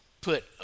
put